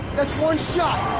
that's one shot.